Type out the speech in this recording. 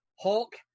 hulk